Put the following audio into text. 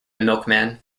milkman